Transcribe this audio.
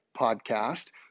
podcast